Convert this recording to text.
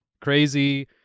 crazy